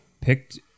picked